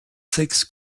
sechs